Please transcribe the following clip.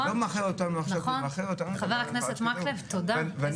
מאחד אותנו --- חבר הכנסת מקלב, תודה.